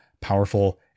powerful